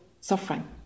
suffering